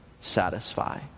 satisfy